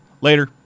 later